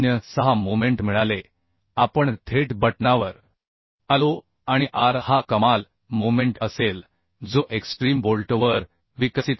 06 moment मिळाले आपण थेट बटणावर आलो आणि r हा कमाल मोमेंट असेल जो एक्स्ट्रीम बोल्ट वर विकसित होईल